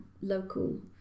local